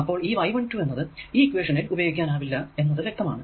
അപ്പോൾ ഈ I 12 എന്നത് ഈ ഇക്വേഷനിൽ ഉപയോഗിക്കാനാകില്ല എന്നത് വ്യക്തമാണ്